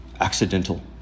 accidental